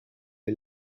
est